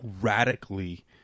radically